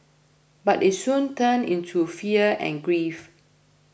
but it soon turned into fear and grief